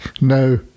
no